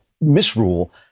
misrule